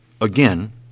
again